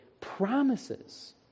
promises